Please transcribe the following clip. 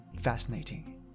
fascinating